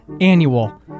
annual